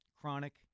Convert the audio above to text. chronic